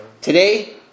Today